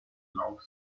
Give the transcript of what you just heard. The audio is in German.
lauf